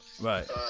right